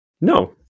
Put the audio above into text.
No